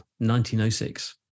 1906